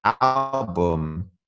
album